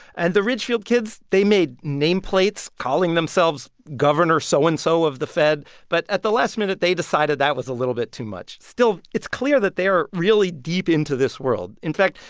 and the ridgefield kids they made name plates, calling themselves governor so so-and-so so of the fed. but at the last minute, they decided that was a little bit too much. still, it's clear that they're really deep into this world. in fact,